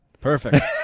Perfect